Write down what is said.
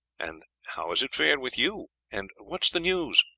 and how has it fared with you, and what is the news?